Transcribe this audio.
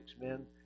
men